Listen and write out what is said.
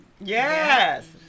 Yes